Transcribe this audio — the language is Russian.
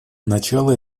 начало